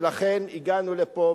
ולכן הגענו לפה.